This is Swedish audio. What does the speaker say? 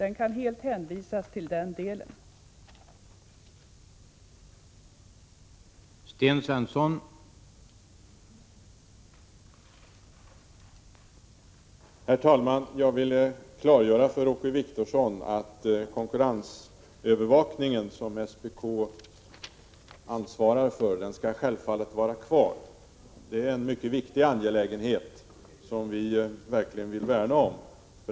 Den kan helt hänföras till den del av verksamheten som jag nämnt.